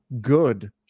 good